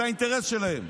זה האינטרס שלהם.